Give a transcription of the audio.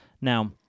Now